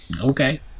Okay